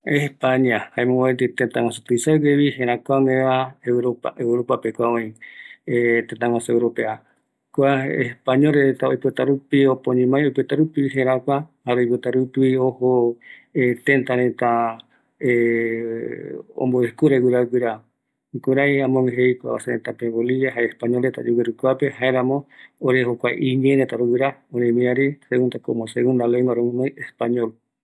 Kua españa ajeko jaereta oipotarupi yoguiraja reta, oeka korepoti, oro, ireina peguara, jaeramo jae reta oeya guirajareta ïñee oipotarupi, jukuraï Bolivia pe oeya reta ïñee, kutɨ jaereta oikua kɨraï yogueruva baetɨ yaikua